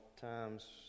times